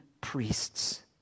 priests